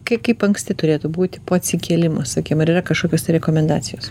kaip kaip anksti turėtų būti po atsikėlimo sakykim ar yra kažkokios rekomendacijos